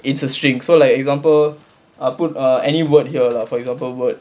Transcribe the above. it's a string so like example I put uh any word here lah for example word